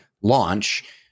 launch